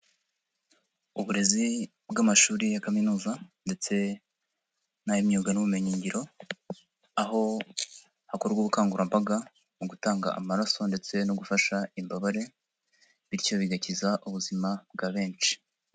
Uburezi bw'amashuri ya kaminuza ndetse n'ay'imyuga n'ubumenyigiro, aho hakorwa ubukangurambaga mu gutanga amaraso ndetse no gufasha imbabare bityo bigakiza ubuzima bwa benshi.